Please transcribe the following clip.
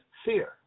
fear